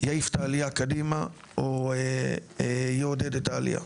יעיף את העלייה קדימה או יעודד את העלייה.